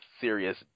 serious